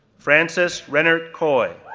frances rennert coy,